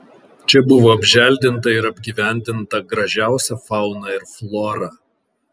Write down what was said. čia buvo apželdinta ir apgyvendinta gražiausia fauna ir flora